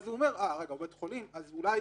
הוא אומר: הוא בבית חולים, אולי